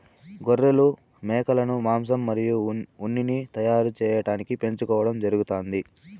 గొర్రెలు, మేకలను మాంసం మరియు ఉన్నిని తయారు చేయటానికి పెంచుకోవడం జరుగుతాంది